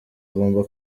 agomba